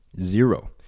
Zero